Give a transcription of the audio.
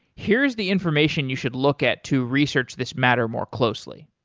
here's the information you should look at to research this matter more closely.